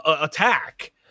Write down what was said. attack